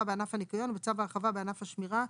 בענף הניקיון או בצו ההרחבה בענף השמירה,